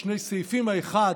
לשני סעיפים: האחד,